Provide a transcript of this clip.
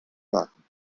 warten